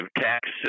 tax